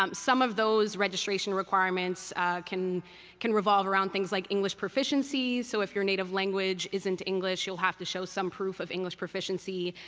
um some of those registration requirements can can revolve around things like english proficiency. so if your native language isn't english, you'll have to show some proof of english proficiency,